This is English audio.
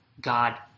God